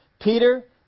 Peter